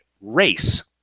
race